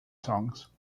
songs